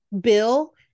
Bill